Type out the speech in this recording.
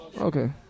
Okay